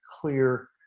clear